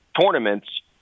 tournaments